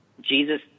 Jesus